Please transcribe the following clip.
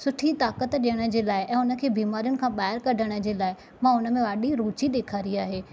सुठी ताक़ति ॾियणु जे लाइ ऐ हुननि खे बिमारियुनि खां ॿाहिरि कढणु जे लाइ मां हुन में ॾाढी रुची ॾेखारी आहे